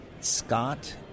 Scott